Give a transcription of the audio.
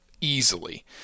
easily